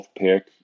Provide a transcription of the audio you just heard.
pick